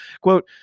Quote